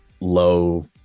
low